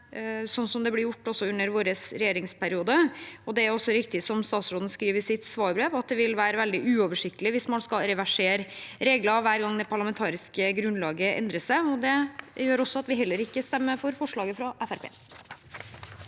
år, slik det ble gjort også under vår regjeringsperiode. Det er riktig som statsråden skriver i sitt svarbrev, at det vil være veldig uoversiktlig hvis man skal reversere regler hver gang det parlamentariske grunnlaget endrer seg, og det gjør at vi heller ikke stemmer for forslaget fra